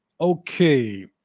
Okay